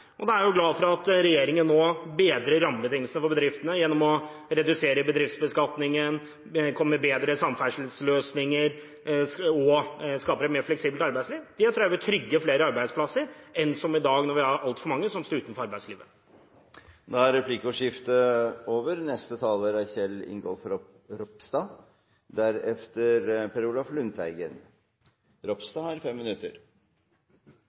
og da er jeg glad for at regjeringen nå bedrer rammebetingelsene for bedriftene gjennom å redusere bedriftsbeskatningen, komme med bedre samferdselsløsninger og skape et mer fleksibelt arbeidsliv. Det tror jeg vil trygge flere arbeidsplasser enn hva som er tilfellet i dag, når vi har altfor mange som står utenfor arbeidslivet. Replikkordskiftet er over. Det interessante med debatten i arbeids- og sosialkomiteen er